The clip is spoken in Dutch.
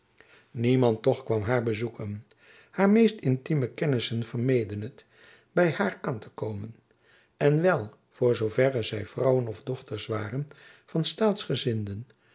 niemand toch kwam haar bezoeken haar meest intieme kennissen vermeden het by haar aan te komen en wel voor zoo verre zy vrouwen of dochters waren van